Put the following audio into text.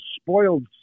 spoiled